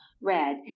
red